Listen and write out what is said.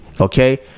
okay